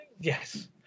Yes